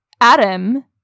Adam